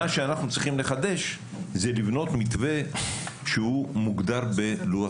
מה שאנחנו צריכים לחדש זה לבנות מתווה שהוא מוגדר בלוח